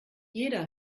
jeder